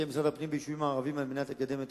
משרד הפנים ביישובים הערביים כדי לקדם את